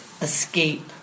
escape